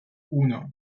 uno